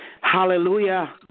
Hallelujah